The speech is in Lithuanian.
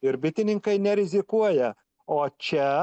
ir bitininkai nerizikuoja o čia